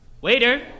Waiter